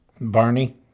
Barney